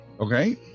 Okay